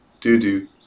Do-do